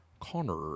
Connor